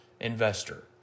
investor